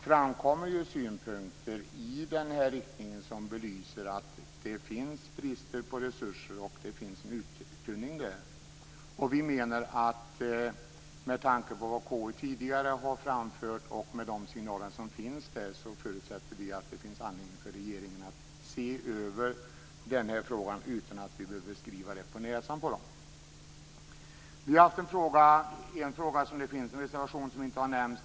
framkommer synpunkter som belyser att det finns brist på resurser och en uttunning. Med tanke på vad KU tidigare framfört och med signaler som finns förutsätter vi att det finns anledning för regeringen att se över den här frågan utan att vi behöver skriva det på näsan på den. Det finns en reservation om en fråga som inte har nämnts.